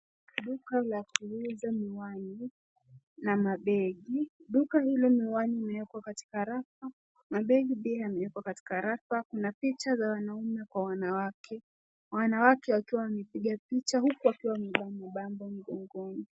Duka la kuuza miwani na mabegi. Duka hilo miwani imewekwa katika rafa , mabegi pia yamewekwa katika rafa. Kuna picha za wanaume kwa wanawake, wanawake wakiwa wamepiga picha huku wakiwa wamevaa mabango mkononi.